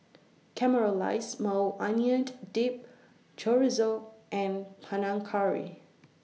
Caramelized Maui Onion Dip Chorizo and Panang Curry